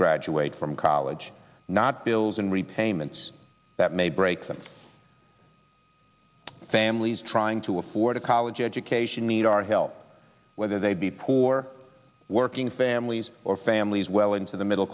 graduate from college not bills and repayments that may break some families trying to afford a college education need our help whether they be poor working families or families well into the middle